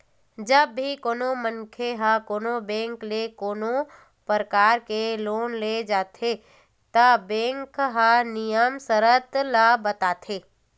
जब भी कोनो मनखे ह कोनो बेंक ले कोनो परकार के लोन ले जाथे त बेंक ह नियम सरत ल बताथे